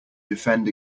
defend